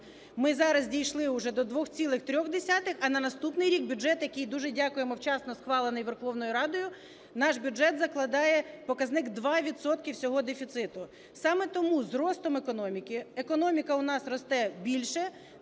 ми зараз дійшли уже до 2,3, а на наступний рік бюджет, який, дуже дякуємо, вчасно схвалений Верховною Радою, наш бюджет закладає показник 2 відсотки всього дефіциту. Саме тому з ростом економіки, економіка у нас росте більше,